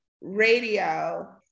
radio